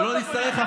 אני עונה לך.